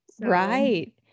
Right